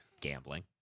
gambling